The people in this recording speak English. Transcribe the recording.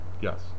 Yes